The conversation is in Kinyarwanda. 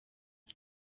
maj